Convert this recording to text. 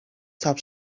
stop